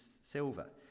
silver